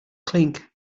clink